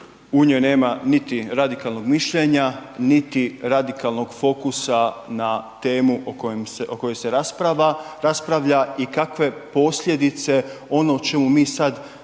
U njoj nema niti radikalnog mišljenja niti radikalnog fokusa na temu o kojoj se raspravlja i kakve posljedice, ono o čemu mi sad